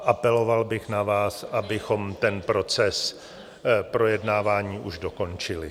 Apeloval bych na vás, abychom ten proces projednávání už dokončili.